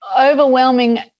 overwhelming